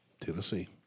Tennessee